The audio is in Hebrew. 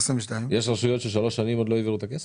יש רשויות ששלוש שנים עוד לא העבירו את הכסף?